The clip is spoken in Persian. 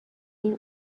این